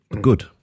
good